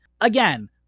Again